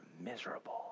miserable